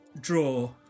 draw